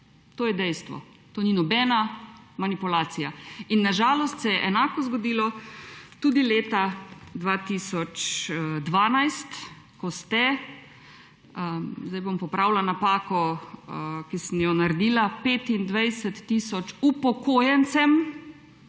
To je dejstvo, to ni nobena manipulacija. Na žalost se je enako zgodilo tudi leta 2012, ko ste – zdaj bom popravila napako, ki sem jo naredila – 25 tisoč upokojencem,